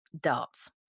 darts